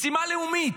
משימה לאומית.